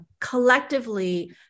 collectively